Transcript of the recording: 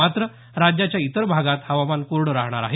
मात्र राज्याच्या इतर भागात हवामान कोरडं राहणार आहे